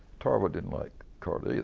tarver didn't like carter either.